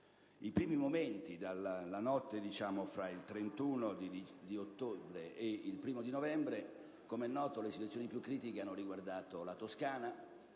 I primi momenti, la notte fra il 31 ottobre e il 1° novembre, com'è noto, le situazioni più critiche hanno riguardato la Toscana,